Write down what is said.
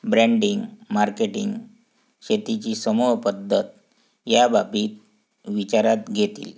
branding marketing शेतीची समूह पध्दत या बाबी विचारात घेतील